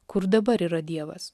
kur dabar yra dievas